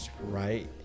right